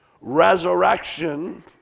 resurrection